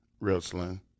wrestling